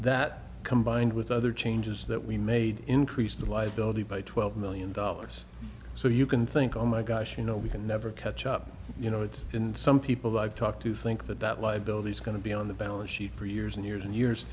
that combined with other changes that we made increase the liability by twelve million dollars so you can think oh my gosh you know we can never catch up you know it's in some people i've talked to think that that liability is going to be on the balance sheet for years and years and years